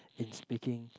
in speaking